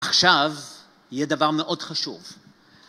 עכשיו, יהיה דבר מאוד חשוב.